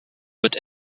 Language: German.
wird